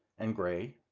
and gray.